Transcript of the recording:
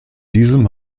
diesem